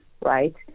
right